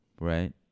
right